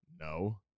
No